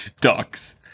ducks